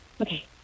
Okay